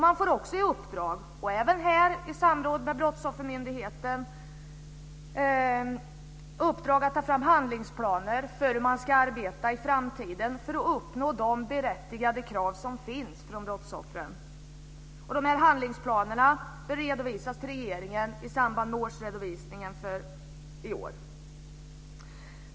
Man får också i uppdrag att - även här i samråd med Brottsoffermyndigheten - ta fram handlingsplaner för hur man ska arbeta i framtiden för att uppnå de berättigade krav som finns från brottsoffren. Dessa handlingsplaner bör redovisas till regeringen i samband med årsredovisningen för i år.